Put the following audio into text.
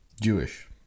Jewish